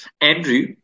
Andrew